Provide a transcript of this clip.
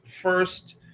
first